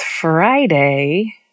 Friday